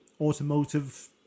automotive